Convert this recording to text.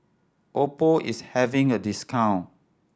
oppo is having a discount